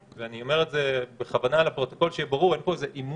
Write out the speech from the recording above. בכוונה אני אומר זאת לפרוטוקול כדי שיהיה ברור: אין פה איזה עימות,